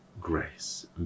grace